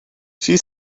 she